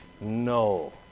No